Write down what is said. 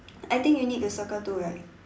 I think you need to circle too right